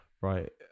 right